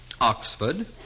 Oxford